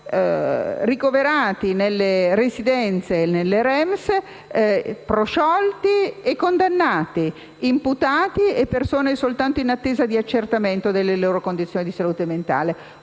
siano ricoverati nelle residenze (REMS) prosciolti e condannati, imputati e persone solo in attesa di accertamento delle loro condizioni di salute mentale: